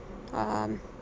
um